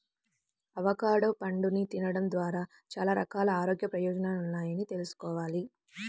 avocado పండుని తినడం ద్వారా చాలా రకాల ఆరోగ్య ప్రయోజనాలున్నాయని తెల్సుకోవాలి